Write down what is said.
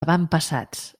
avantpassats